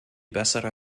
bessere